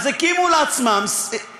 אז שכרו חברה.